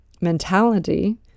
mentality